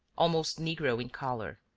almost negro in color